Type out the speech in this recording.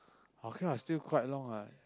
okay lah still quite long lah